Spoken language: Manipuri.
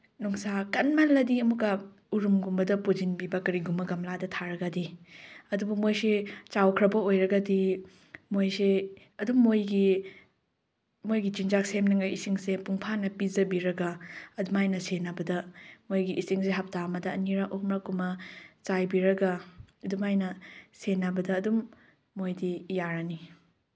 ꯅꯨꯡꯁꯥ ꯀꯟꯃꯜꯂꯗꯤ ꯑꯃꯨꯛꯀ ꯎꯔꯨꯝꯒꯨꯝꯕꯗ ꯄꯨꯁꯤꯟꯕꯤꯕ ꯀꯔꯤꯒꯨꯝꯕ ꯒꯝꯂꯥꯗ ꯊꯥꯔꯒꯗꯤ ꯑꯗꯨꯕꯨ ꯃꯣꯏꯁꯦ ꯆꯥꯎꯈ꯭ꯔꯕ ꯑꯣꯏꯔꯒꯗꯤ ꯃꯣꯏꯁꯦ ꯑꯗꯨꯝ ꯃꯣꯏꯒꯤ ꯃꯣꯏꯒꯤ ꯆꯤꯟꯖꯥꯛ ꯁꯦꯝꯅꯤꯉꯥꯏ ꯏꯁꯤꯡꯁꯦ ꯃꯄꯨꯡ ꯐꯥꯅ ꯄꯤꯖꯕꯤꯔꯒ ꯑꯗꯨꯃꯥꯏꯅ ꯁꯦꯟꯅꯕꯗ ꯃꯣꯏꯒꯤ ꯏꯁꯤꯡꯁꯦ ꯍꯞꯇꯥ ꯑꯃꯗ ꯑꯅꯤꯔꯛ ꯑꯍꯨꯝꯂꯛꯀꯨꯝꯕ ꯆꯥꯏꯕꯤꯔꯒ ꯑꯗꯨꯃꯥꯏꯅ ꯁꯦꯟꯅꯕꯗ ꯑꯗꯨꯝ ꯃꯣꯏꯗꯤ ꯌꯥꯔꯅꯤ